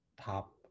Top